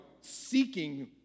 seeking